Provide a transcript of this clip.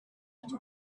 into